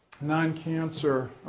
non-cancer